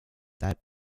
that